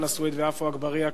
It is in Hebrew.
חנא סוייד ועפו אגבאריה,